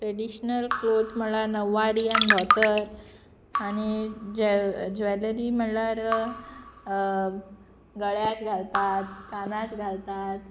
traditional cloth म्हणल्यार नववारी आनी धोतर आनी जे ज्वॅलरी म्हणल्यार गळ्याच घालतात कानाच घालतात